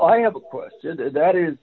i have a question that is